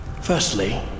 Firstly